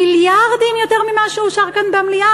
מיליארדים יותר ממה שאושר כאן במליאה.